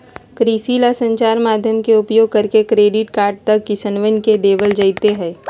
कृषि ला संचार माध्यम के उपयोग करके क्रेडिट कार्ड तक किसनवन के देवल जयते हई